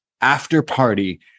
after-party